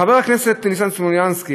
חבר הכנסת ניסן סלומינסקי,